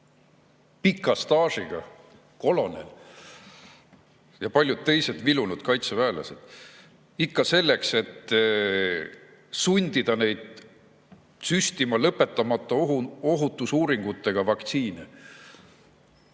pika staažiga kolonel ja paljud teised vilunud kaitseväelased, ikka selleks, et sundida neid süstima lõpetamata ohutusuuringutega vaktsiine.